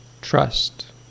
trust